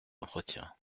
entretien